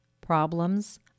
problems